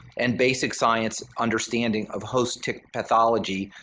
and basic science understanding of host tick pathology,